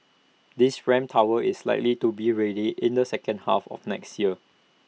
this ramp tower is likely to be ready in the second half of next year